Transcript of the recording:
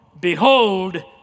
behold